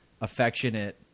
affectionate